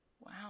Wow